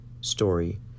story